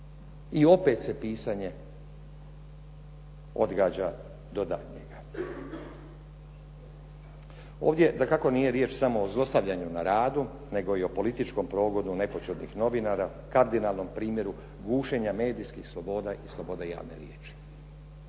i opet se pisanje odgađa do daljnjega. Ovdje dakako nije riječ samo o zlostavljanju na radu nego i o političkom progonu nepočudnih novinara, kardinalnom primjenu gušenja medijskih sloboda i slobode javne riječi.